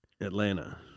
Atlanta